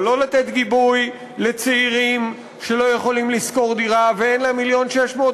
אבל לא לצעירים שלא יכולים לשכור דירה ואין להם 1.6 מיליון,